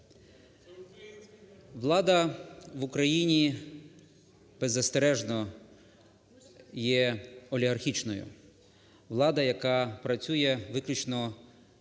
Влада в Україні, беззастережно, є олігархічною. Влада, яка працює виключно